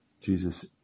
Jesus